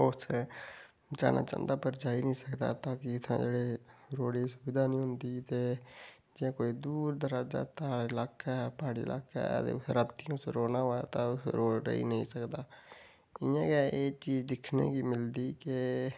उस थां जाना चांह्दा पर जाई नेईं सकदा ता कि इत्थै जेह्ड़े रोड़ दी सुविधा नेईं होंदी ते जियां कोई दूर दराजे धारें लाकै प्हाड़ी लाकै जे कुसै ने रौह्ना होवै तां रेही नेई सकदा इयां गै एह् चीज दिक्खने गी मिलदी के